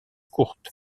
courte